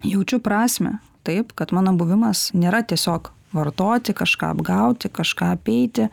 jaučiu prasmę taip kad mano buvimas nėra tiesiog vartoti kažką apgauti kažką apeiti